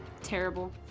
terrible